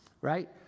right